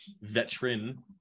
Veteran